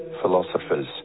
Philosophers